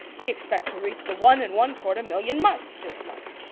we expect to reach the one-and-one-quarter million mark this month.